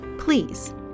Please